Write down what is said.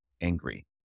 angry